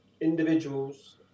individuals